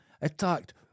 attacked